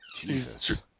Jesus